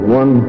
one